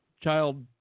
child